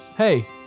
Hey